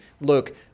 Look